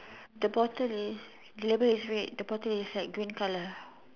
the bottle is the label is red the bottle is like green colour